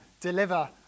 deliver